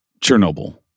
Chernobyl